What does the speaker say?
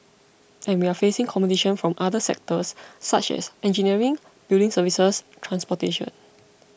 and we're facing competition from the other sectors such as engineering building services transportation